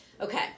Okay